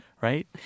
right